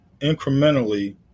incrementally